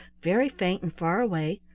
very faint and far away.